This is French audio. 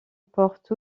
porte